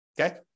Okay